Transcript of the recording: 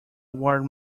ward